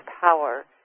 power